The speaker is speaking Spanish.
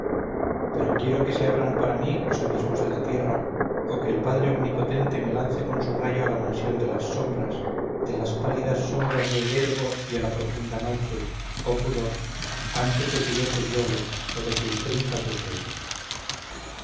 pero quiero que se abran para mí los abismos de la tierra o que el padre omnipotente me lance con su rayo a la mansión de las sombras de las pálidas sombras del erebo y a la profunda noche oh pudor antes de que yo te viole o de que infrinja tus leyes